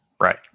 Right